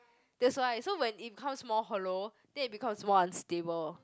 that's why so when it becomes more hollow then it becomes more unstable